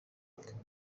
rikaba